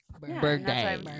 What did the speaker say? Birthday